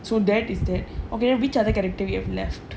so that is that okay with each other character we have left